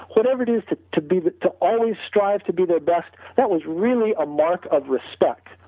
whatever it is to to be the, to always strive to be the best that was really a mark of respect,